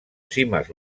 cimes